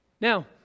Now